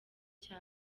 cya